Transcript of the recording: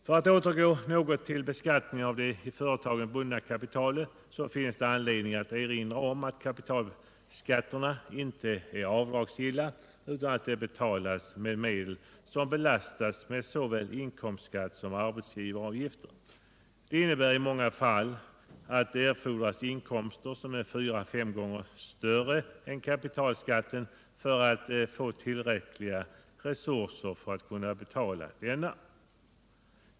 För att återgå till beskattningen av det i företagen bundna kapitalet finns det anledning att erinra om att kapitalskatterna inte är avdragsgilla utan betalas med medel som belastats med såväl inkomstskatt som arbetsgivaravgifter. Det innebär i många fall att det erfordras inkomster som är fyra till fem gånger större än kapitalskatten för att man skall få tillräckliga resurser för att kunna betala denna.